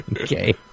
Okay